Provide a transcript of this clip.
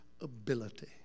ability